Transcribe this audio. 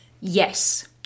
Yes